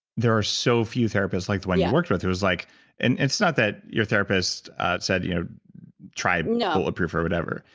there are so few therapists like the one you worked with. like and it's not that your therapist said, you know try you know bulletproof, or whatever.